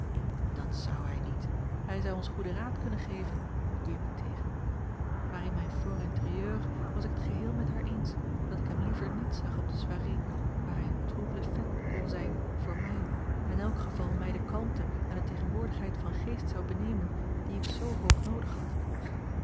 dat zou hij niet hij zou ons goeden raad kunnen geven wierp ik tegen maar in mijn for intérieur was ik het geheel met haar eens dat ik hem liever niet zag op de soirée waar hij een trouble fête kon zijn voor mij en in elk geval mij de a l g bosboom-toussaint langs een omweg kalmte en de tegenwoordigheid van geest zou benemen die ik zoo hoog noodig had